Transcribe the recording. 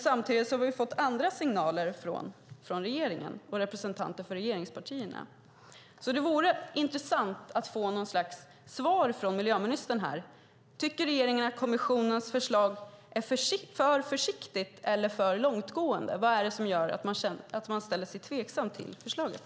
Samtidigt har vi fått andra signaler från representanter för regeringspartierna. Det vore intressant att få något slags svar från miljöministern. Tycker regeringen att kommissionens förslag är för försiktigt eller för långtgående? Vad är det som gör att man ställer sig tveksam till förslaget?